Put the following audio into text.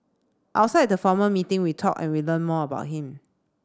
outside the formal meeting we talked and we learnt more about him